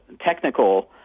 technical